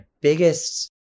biggest